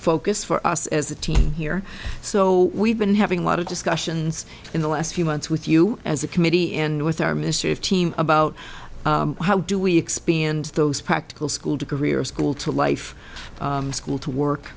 focus for us as a team here so we've been having a lot of discussions in the last few months with you as a committee and with our minister of team about how do we expand those practical school degree or school to life school to work